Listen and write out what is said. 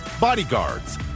Bodyguards